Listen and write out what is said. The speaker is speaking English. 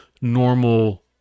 normal